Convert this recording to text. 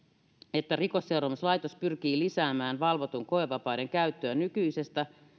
että rikosseuraamuslaitos pyrkii lisäämään valvotun koevapauden käyttöä nykyisestä